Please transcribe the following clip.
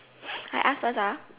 I ask first ah